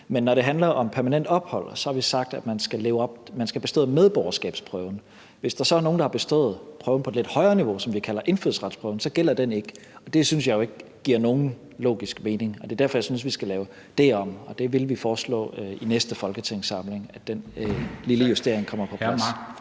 Men når det handler om permanent opholdstilladelse, har vi sagt, at man skal have bestået medborgerskabsprøven. Hvis der så er nogen, der har bestået prøven på et lidt højere niveau, som vi kalder indfødsretsprøven, så gælder den ikke. Det synes jeg jo ikke giver nogen logisk mening, og det er derfor, jeg synes, at vi skal lave det om. Og det vil vi foreslå i næste folketingssamling, altså at den lille justering kommer på plads.